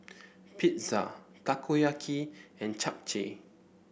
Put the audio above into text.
Pizza Takoyaki and Japchae